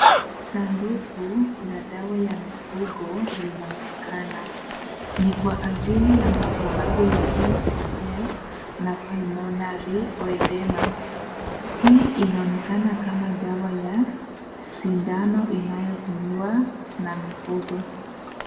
Sanduku la dawa ya mifugo linaonekana. Ni kwa ajili ya matibabu ya E.C.F. na Pulmonary Oedema. Hii inaonekana kama dawa ya sindano, inayotumiwa na mifugo.